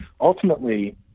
ultimately